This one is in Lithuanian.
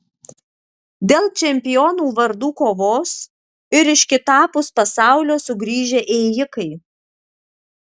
dėl čempionų vardų kovos ir iš kitapus pasaulio sugrįžę ėjikai